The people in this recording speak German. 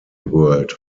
world